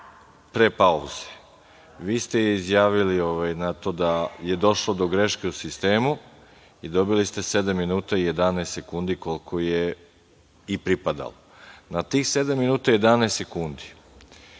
Da, dobro.)Vi ste izjavili na to da je došlo do greške u sistemu i dobili ste sedam minuta i 11 sekundi koliko je i pripadalo. Na tih sedam minuta i 11 sekundi,